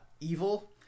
Evil